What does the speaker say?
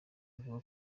ivuga